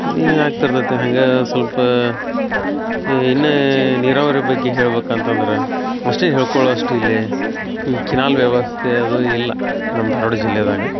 ನೀರು ಆಗ್ತಿರ್ತೈತೆ ಹಾಗೆ ಸೊಲ್ಪ ಇನ್ನ ನೀರಾವರಿ ಬಗ್ಗೆ ಹೇಳ್ಬೇಕು ಅಂತಂದರೆ ಅಷ್ಟೆ ಹೇಳ್ಕೊಳೋಷ್ಟು ಇಲ್ಲೆ ಕಿನಾಲ ವ್ಯವಸ್ಥೆ ಅದು ಇಲ್ಲ ನಮ್ಮ ಧಾರವಾಡ ಜಿಲ್ಲೆದಾಗ